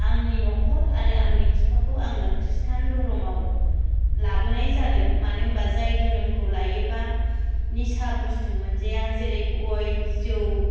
आंनि नखर आरो आंनि फिफाखौ आङो ख्रिष्टान धरमाव लाबोनाय जादों मानो होनबा जाय धोरोमखौ लायोबा निसा बस्तु मोनजाया जेरै गइ जौ